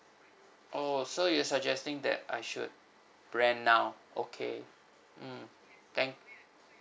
oh so you're suggesting that I should rent now okay mm thank